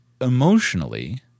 emotionally